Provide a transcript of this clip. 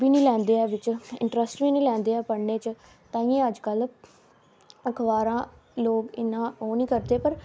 ओह् बी निं लैंदे ऐ बिच इंटरस्ट बी निं लैंदे ऐ पढ़ने च ताहियें अज्जकल अखबारां लोग इ'न्ना ओह् निं करदे